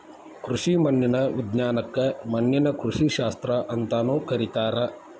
ಕೃಷಿ ಮಣ್ಣಿನ ವಿಜ್ಞಾನಕ್ಕ ಮಣ್ಣಿನ ಕೃಷಿಶಾಸ್ತ್ರ ಅಂತಾನೂ ಕರೇತಾರ